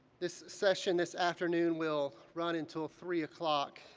this session this afternoon will run until three o'clock,